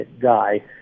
guy